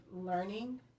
learning